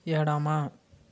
ఎడమ